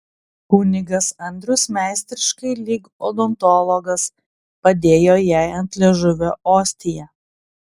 kunigas andrius meistriškai lyg odontologas padėjo jai ant liežuvio ostiją